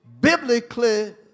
biblically